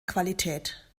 qualität